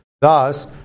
Thus